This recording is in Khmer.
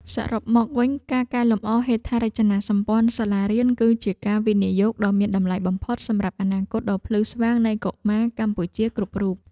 សរុបមកវិញ ការកែលម្អហេដ្ឋារចនាសម្ព័ន្ធសាលារៀន គឺជាការវិនិយោគដ៏មានតម្លៃបំផុតសម្រាប់អនាគតដ៏ភ្លឺស្វាងនៃកុមារកម្ពុជាគ្រប់រូប។